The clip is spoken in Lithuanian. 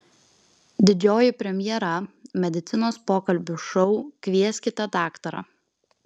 didžioji premjera medicinos pokalbių šou kvieskite daktarą